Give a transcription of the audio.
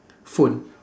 phone